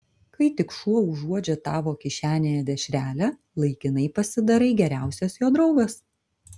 kai tik šuo užuodžia tavo kišenėje dešrelę laikinai pasidarai geriausias jo draugas